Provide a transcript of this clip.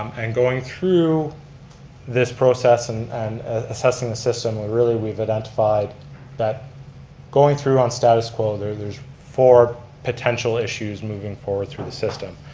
um and going through this process and and assessing the system, really we've identified that going through on status quo, there's there's four potential issues moving forward through the system.